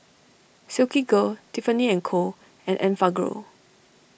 Silkygirl Tiffany and Co and Enfagrow